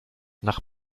nach